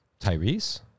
Tyrese